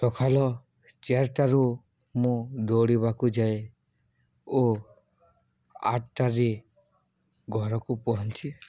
ସକାଳ ଚାରିଟାରୁ ମୁଁ ଦୌଡ଼ିବାକୁ ଯାଏ ଓ ଆଠଟାରେ ଘରକୁ ପହଞ୍ଚେ